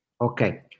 okay